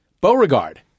Beauregard